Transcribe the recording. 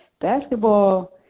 basketball